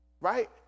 right